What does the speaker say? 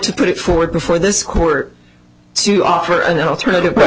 to put it forward before this court to offer an alternative